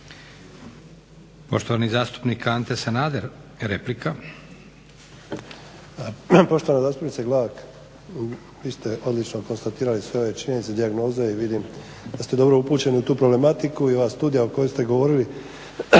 Poštovani zastupnik Ante Sanader, replika. **Sanader, Ante (HDZ)** Poštovana zastupnice Glavak vi ste odlično konstatirali sve ove činjenice, dijagnoze i vidim da ste dobro upućeni u tu problematiku i ova studija o kojoj ste govorili